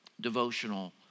devotional